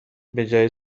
بجای